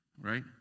right